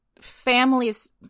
families